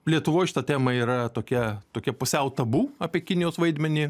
lietuvoj šita tema yra tokia tokia pusiau tabu apie kinijos vaidmenį